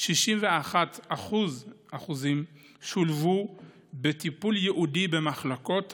61% שולבו בטיפול ייעודי במחלקות טיפוליות,